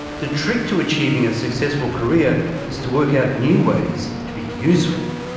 the trick to achieving a successful career is to work out new ways to be useful.